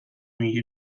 میگه